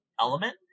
element